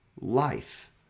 life